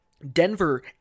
Denver